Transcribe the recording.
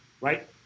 right